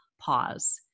pause